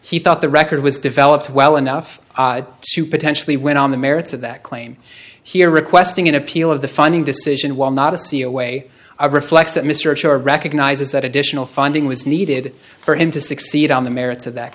he thought the record was developed well enough to potentially went on the merits of that claim here requesting an appeal of the funding decision while not a see a way of reflects that mr shaw recognizes that additional funding was needed for him to succeed on the merits of that